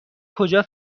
کجا